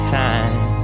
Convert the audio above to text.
time